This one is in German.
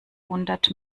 hundert